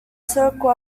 circle